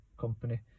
company